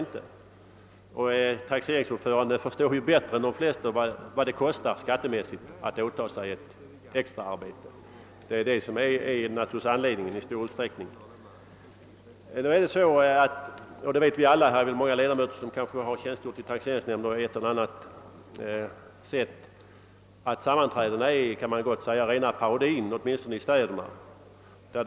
En taxeringsordförande förstår ju bättre än de flesta vad det kostar skattemässigt att åta sig ett extraarbete. I stor utsträckning är naturligtvis detta anledningen. Många av kammarens 1ledamöter har väl tjänstgjort i taxeringsnämnder på ett eller annat sätt och vet att sammanträdena åtminstone i städerna rent ut sagt är rena parodin.